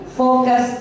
focus